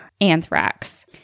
anthrax